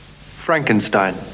Frankenstein